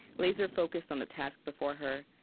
laser-focused on the task before her,